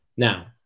Now